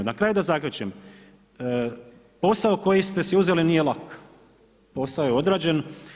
Na kraju da zaključim, posao koji ste si uzeli nije lak, posao je odrađen.